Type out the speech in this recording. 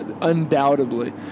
undoubtedly